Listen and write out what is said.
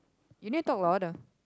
you need talk louder